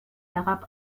herab